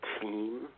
team